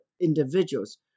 individuals